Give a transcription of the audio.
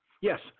Yes